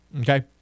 Okay